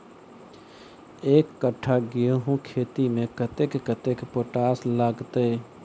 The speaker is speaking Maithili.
एक कट्ठा गेंहूँ खेती मे कतेक कतेक पोटाश लागतै?